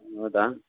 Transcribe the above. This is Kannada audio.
ಹೌದಾ